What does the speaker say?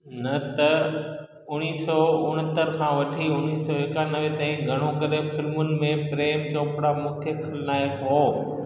न त उणिवीह सौ उणहतरि खां वठी उणिवीह सौ एकानवे ताईं घणो करे फिल्मुनि में प्रेम चोपड़ा मुख्य ख़लनायकु हो